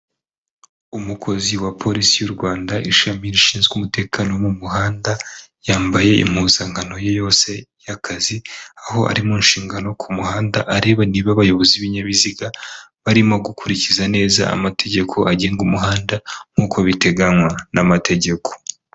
Umukozi wa polisi y'u Rwanda ishami rishinzwe umutekano wo mu muhanda, yambaye impuzankano ye yose y'akazi aho ari mu nshingano ku muhanda areba niba abayobozi b'ibinyabiziga barimo gukurikiza neza amategeko agenga umuhanda nk'uko biteganywa n'amategeko.